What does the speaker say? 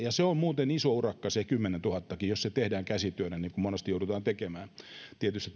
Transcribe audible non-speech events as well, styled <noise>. <unintelligible> ja on muuten iso urakka se kymmenentuhattakin jos se tehdään käsityönä niin kuin monesti joudutaan tekemään tietyissä <unintelligible>